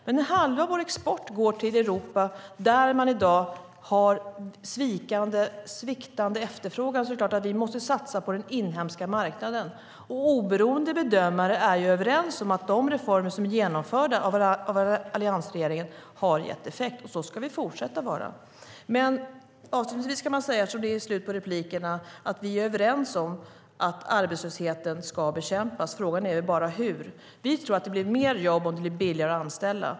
Men när halva vår export går till Europa där man i dag har sviktande efterfrågan är det klart att vi måste satsa på den inhemska marknaden. Oberoende bedömare är överens om att de reformer som är genomförda av alliansregeringen har gett effekt, och så ska det fortsätta att vara. Avslutningsvis - eftersom det är slut på inläggen - kan man säga att vi är överens om att arbetslösheten ska bekämpas. Frågan är bara hur. Vi tror att det blir fler jobb om det blir billigare att anställa.